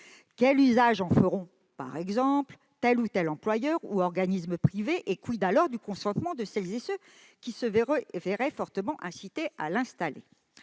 quel usage en fera par exemple tel ou tel employeur ou organisme privé, et alors du consentement de celles et ceux qui se verraient fortement incités à l'installer ?